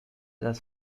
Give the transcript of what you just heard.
das